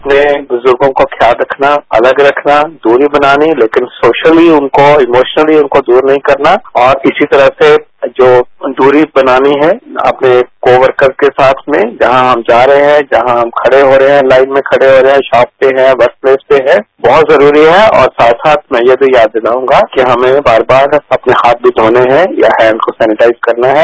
अपने बुजुर्गों का ख्यात रखना अतग रखना दूरी बनानी लेकिन सोसली उनको इमोशनती उनको दूर नहीं करना और किसी तरह से जो दूरी बनानी है अपने को वकर के साथ में जहां हम जा रहे हैं जहां हम खड़े हो रहे हैं ताईन में खड़े हो रहे हैं शॉप पर हैं वकरलेस पर हैं बहुत जरूरी है और साथ साथ में यह भी याद दिलाऊंगा कि हमें बार बार अपने हाथ भी धोने हैं या हाथ को सेनेटाईज करना है